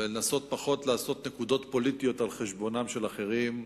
ולנסות לעשות פחות נקודות פוליטיות על חשבונם של אחרים,